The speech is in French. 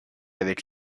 avec